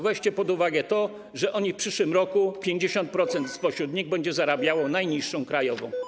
Weźcie pod uwagę to, że w przyszłym roku 50% spośród nich będzie zarabiało najniższą krajową.